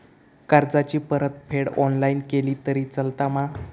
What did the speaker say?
कर्जाची परतफेड ऑनलाइन केली तरी चलता मा?